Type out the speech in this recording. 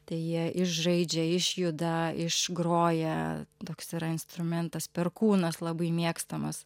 tai jie išžaidžia išjuda išgroja toks yra instrumentas perkūnas labai mėgstamas